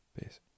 Peace